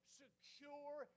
secure